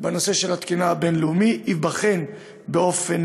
בנושא של התקינה הבין-לאומית ייבחן באופן